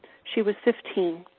she was fifteen.